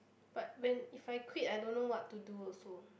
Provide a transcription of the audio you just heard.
but when if I quit I don't know what to do also